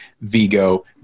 Vigo